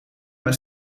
mijn